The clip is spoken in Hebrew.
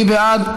מי בעד?